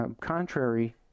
contrary